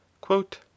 quote